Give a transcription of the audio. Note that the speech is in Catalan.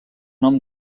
nom